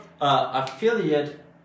affiliate